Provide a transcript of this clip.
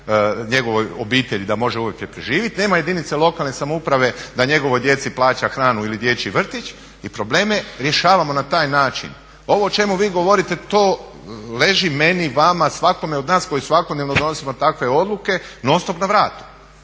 njegovoj obitelji da može …, nema jedinice lokalne samouprave da njegovoj djeci plaća hranu ili dječji vrtić i probleme rješavamo na taj način. Ovo o čemu vi govorite to leži meni, vama, svakome od nas koji svakodnevno donosimo takve odluke non-stop na vrat,